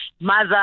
mother